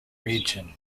region